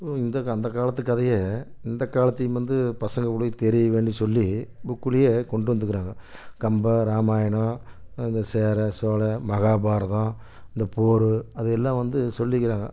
இந்த அந்த காலத்துக் கதையை இந்த காலத்தையும் வந்து பசங்க பிள்ளைக்கு தெரியலைன்னு சொல்லி புக்குலேயே கொண்டு வந்துருக்குறாங்க கம்பராமாயணம் இந்த சேர சோழ மகாபாரதம் அந்த போர் அது எல்லாம் வந்து சொல்லிருக்கிறாங்க